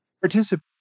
participate